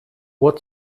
ohr